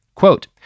Quote